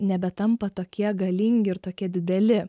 nebetampa tokie galingi ir tokie dideli